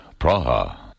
Praha